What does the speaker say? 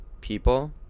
people